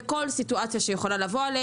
בכל מצב שיכול לקרות.